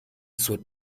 zur